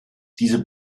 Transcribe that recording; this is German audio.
diese